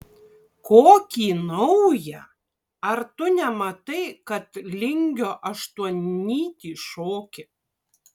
kokį naują ar tu nematai kad lingio aštuonnytį šoki